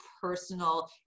personal